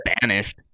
banished